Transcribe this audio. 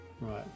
Right